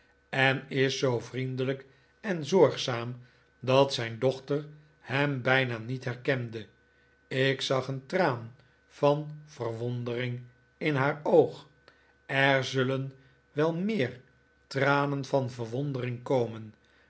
en is zoo vriendelijk en zorgzaam dat zijn dochter hem bijna niet herkende ik zag een traan van verwondering in haar oog er zullen wel meer tranen van verwondering komen